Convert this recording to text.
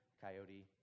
coyote